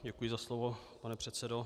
Děkuji za slovo, pane předsedo.